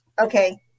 Okay